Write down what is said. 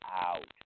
out